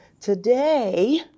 Today